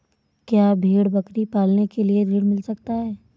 क्या भेड़ बकरी पालने के लिए ऋण मिल सकता है?